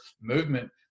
movement